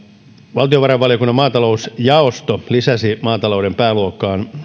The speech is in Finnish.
valtiovarainvaliokunnan maatalousjaosto lisäsi maatalouden pääluokkaan